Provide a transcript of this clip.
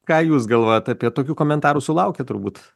ką jūs galvojat apie tokių komentarų sulaukiat turbūt